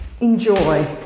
enjoy